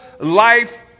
life